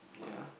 yeah